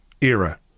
era